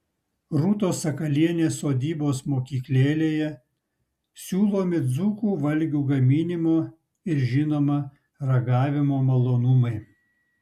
rūtos sakalienės sodybos mokyklėlėje siūlomi dzūkų valgių gaminimo ir žinoma ragavimo malonumai